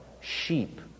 Sheep